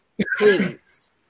Please